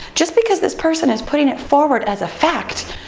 just because this person is putting it forward as a fact,